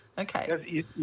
Okay